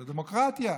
זו דמוקרטיה.